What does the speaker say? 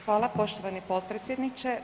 Hvala poštovani potpredsjedniče.